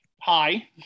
Hi